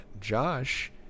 Josh